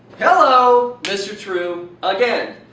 hello, mr. tarrou again.